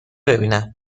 ببینم